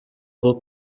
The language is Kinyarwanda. bwo